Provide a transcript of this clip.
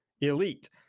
elite